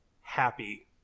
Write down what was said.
happy